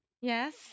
Yes